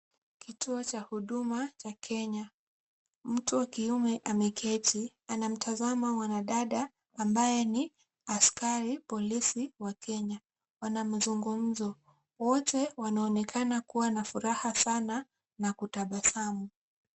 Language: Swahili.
Kituo cha huduma cha Kenya. Mtu wa kiume ameketi. Anamtazama mwanadada ambaye ni askari polisi wa Kenya. Wana mazungumzo. Wote wanaonekana kuwa na furaha sana na kutabasamu.